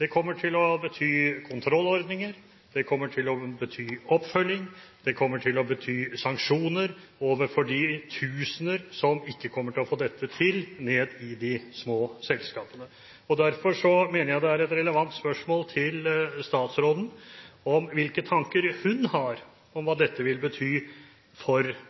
Det kommer til å bety kontrollordninger, det kommer til å bety oppfølging, og det kommer til å bety sanksjoner overfor de tusener som ikke kommer til å få dette til i de små selskapene. Derfor mener jeg det er relevant å stille statsråden spørsmål om hvilke tanker hun har om hva det vil bety for